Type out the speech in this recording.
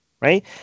right